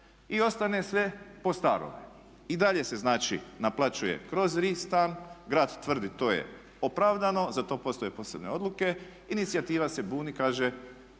i ostane sve po starome. I dalje se, znači naplaćuje kroz …/Govornik se ne razumije./…, grad tvrdi to je opravdano, za to postoje posebne odluke. Inicijativa se buni, kaže